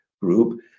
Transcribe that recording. group